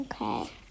Okay